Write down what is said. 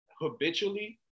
habitually